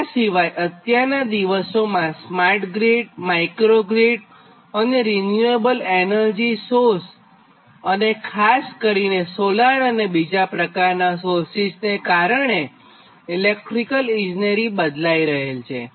આના સિવાયઅત્યારનાં દિવસોમાં સ્માર્ટ ગ્રીડમાઇક્રોગ્રીડ અને રીન્યુએબલ એનર્જિ સોર્સ અને ખાસ કરીને સોલાર અને બીજા પ્રકારનાં સોર્સીસનાં કારણે ઇલેક્ટ્રીકલ ઇજનેરી બદલાઇ રહેલ છે